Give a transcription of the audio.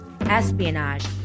espionage